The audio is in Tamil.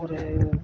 ஒரு